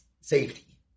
safety